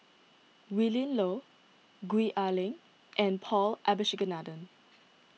Willin Low Gwee Ah Leng and Paul Abisheganaden